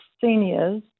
Seniors